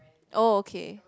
oh okay